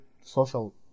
social